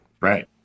Right